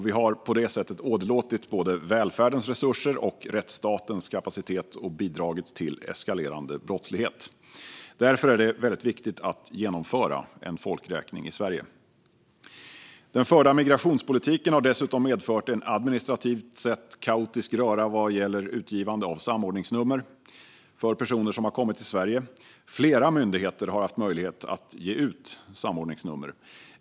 Vi har på detta sätt åderlåtit både välfärdens resurser och rättsstatens kapacitet och bidragit till eskalerande brottslighet. Därför är det väldigt viktigt att genomföra en folkräkning i Sverige. Den förda migrationspolitiken har dessutom medfört en administrativt sett kaotisk röra vad gäller utgivande av samordningsnummer för personer som har kommit till Sverige. Flera myndigheter har haft möjlighet att ge ut samordningsnummer.